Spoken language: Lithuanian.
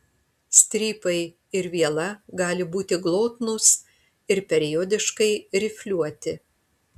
strypai ir viela gali būti glotnūs ir periodiškai rifliuoti